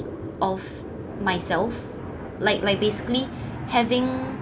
of myself like like basically having